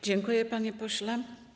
Dziękuję, panie pośle.